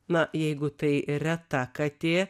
na jeigu tai reta katė